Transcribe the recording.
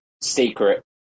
secret